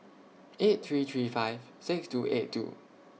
eight three three five six two eight two